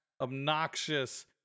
obnoxious